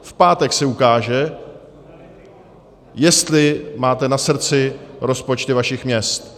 V pátek se ukáže, jestli máte na srdci rozpočty vašich měst.